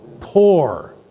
Poor